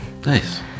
Nice